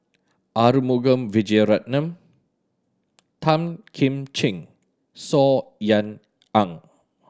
Arumugam Vijiaratnam Tan Kim Ching Saw Ean Ang